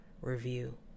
review